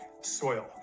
soil